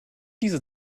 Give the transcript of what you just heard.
diese